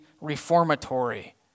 reformatory